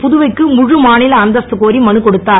புதுவைக்கு முழு மாநில அந்தஸ்து கோரி மனு கொடுத்தார்